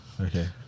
okay